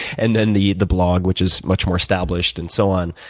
and then the the blog, which is much more established and so on.